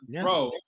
bro